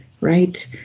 right